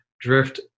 Drift